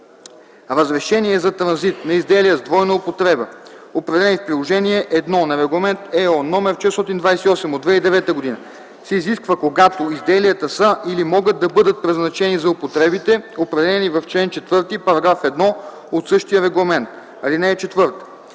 Разрешение за транзит на изделия с двойна употреба, определени в Приложение І на Регламент (ЕО) № 428/2009, се изисква, когато изделията са или могат да бъдат предназначени за употребите, определени в чл. 4, § 1 от същия регламент. (4)